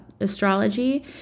astrology